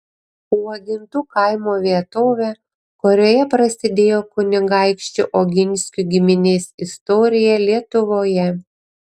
uogintų kaimo vietovę kurioje prasidėjo kunigaikščių oginskių giminės istorija lietuvoje